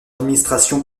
administration